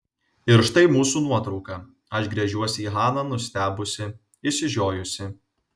ir štai mūsų nuotrauka aš gręžiuosi į haną nustebusi išsižiojusi